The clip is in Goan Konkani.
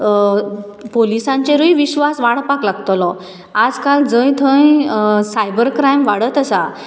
त्याच बरोबर पोलिसांचेरुय विस्वास वाडपाक लागतलो आजकाल जंय थंय सायबर क्रायम वाडत आसा